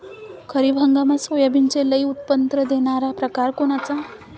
खरीप हंगामात सोयाबीनचे लई उत्पन्न देणारा परकार कोनचा?